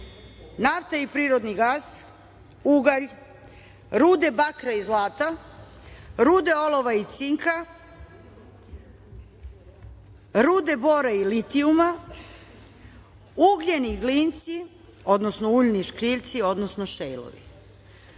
nafta i prirodni gas, ugalj, rude bakra i zlata, rude olova i cinka, rude bora i litijuma, ugljeni glinci, odnosno uljni škriljci, odnosno šejlovi,